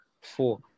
Four